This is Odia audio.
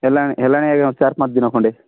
ହେଲାଣି ହେଲାଣି ଆଜ୍ଞା ଚାରି ପାଞ୍ଚ ଦିନ ଖଣ୍ଡେ